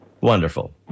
Wonderful